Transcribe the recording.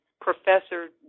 Professor